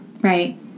Right